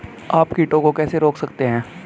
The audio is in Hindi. आप कीटों को कैसे रोक सकते हैं?